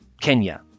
Kenya